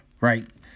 right